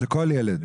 לכל ילד?